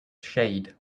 shade